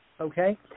Okay